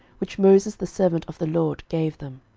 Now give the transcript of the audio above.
which moses the servant of the lord gave them.